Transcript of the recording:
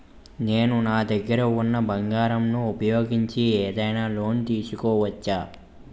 నేను నా దగ్గర ఉన్న బంగారం ను ఉపయోగించి ఏదైనా లోన్ తీసుకోవచ్చా?